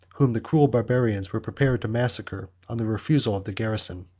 whom the cruel baroarians were prepared to massacre on the refusal of the garrison.